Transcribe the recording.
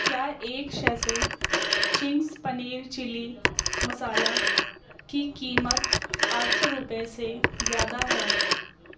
کیا ایک cheese chunks paneer chilli masala کی قیمت آٹھ سو روپے سے زیادہ ہے